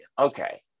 okay